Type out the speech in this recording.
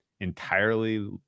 Entirely